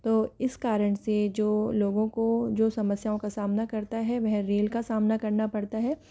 तो इस कारण से जो लोगों को जो समस्याओं का सामना करता है वह रेल का सामना करना पड़ता है